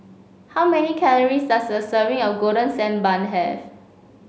how many calories does a serving of Golden Sand Bun have